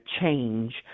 change